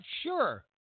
sure